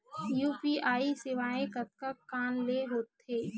UPI सेवाएं कतका कान ले हो थे?